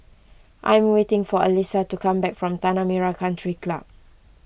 I am waiting for Elisa to come back from Tanah Merah Country Club